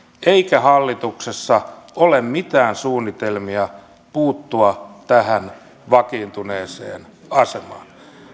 eikä hallituksessa ole mitään suunnitelmia puuttua tähän vakiintuneeseen asemaan